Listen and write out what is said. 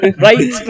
Right